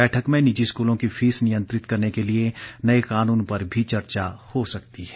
बैठक में निजी स्कूलों की फीस नियंत्रित करने के लिए नए कानून पर भी चर्चा हो सकती है